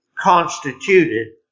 constituted